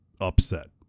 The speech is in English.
upset